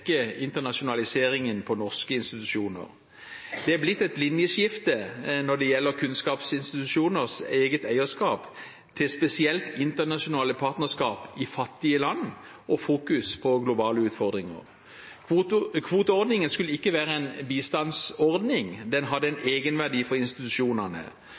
internasjonaliseringen på norske institusjoner. Det er blitt et linjeskift når det gjelder kunnskapsinstitusjoners eget eierskap spesielt til internasjonale partnerskap i fattige land og fokus på globale utfordringer. Kvoteordningen skulle ikke være en bistandsordning. Den hadde en egenverdi for institusjonene.